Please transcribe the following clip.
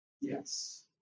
Yes